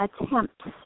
attempts